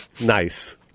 nice